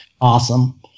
awesome